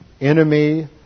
enemy